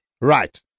right